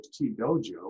T-Dojo